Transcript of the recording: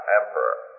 emperor